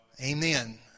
Amen